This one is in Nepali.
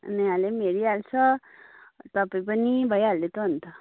नेहाले पनि हेरिहाल्छ तपाईँ पनि भइहाल्यो त अन्त